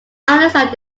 islands